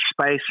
space